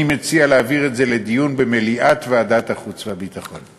אני מציע להעביר את זה לדיון במליאת ועדת החוץ והביטחון.